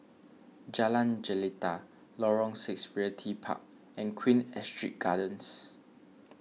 Jalan Jelita Lorong six Realty Park and Queen Astrid Gardens